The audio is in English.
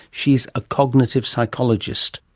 she's a cognitive psychologist,